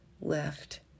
left